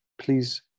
Please